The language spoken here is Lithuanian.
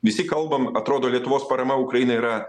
visi kalbam atrodo lietuvos parama ukrainai yra